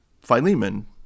Philemon